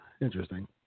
interesting